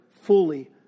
fully